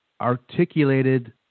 articulated